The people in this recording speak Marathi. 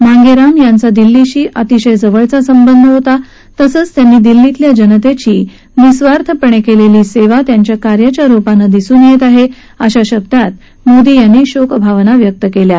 मांगे राम यांचा दिल्लीशी अतिशय जवळचा संबंध होता तसंच त्यांनी दिल्लीतल्या जनतेची निःस्वार्पणे केलेली सेवा त्यांच्या कार्याच्या रुपाने दिसून येत आहे अशा शब्दात त्यांनी आपल्या शोक भावना व्यक्त केल्या आहेत